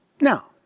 Now